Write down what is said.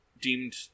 deemed